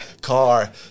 car